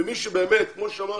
ומי שבאמת כמו ששמענו,